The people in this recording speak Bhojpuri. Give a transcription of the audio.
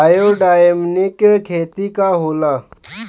बायोडायनमिक खेती का होला?